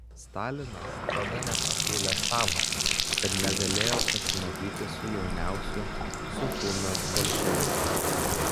stalinas tada net apgailestavo kad negalėjo pasimatyti su jauniausiu suchumio bolševiku